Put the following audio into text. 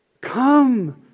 Come